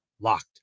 LOCKED